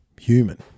human